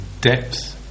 depth